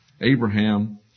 Abraham